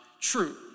true